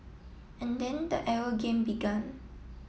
and then the arrow game began